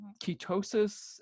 Ketosis